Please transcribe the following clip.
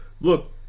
look